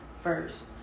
first